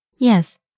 Yes